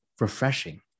refreshing